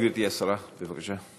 גברתי השרה, בבקשה.